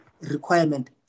requirement